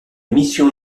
missions